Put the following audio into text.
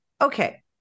Okay